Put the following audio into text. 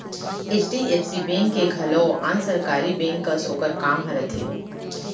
HDFC bank के घलौ आन सरकारी बेंक कस ओकर काम ह रथे